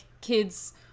kids